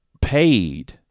paid